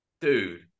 dude